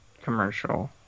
commercial